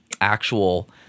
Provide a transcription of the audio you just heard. actual